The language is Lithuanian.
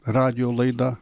radijo laidą